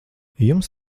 jums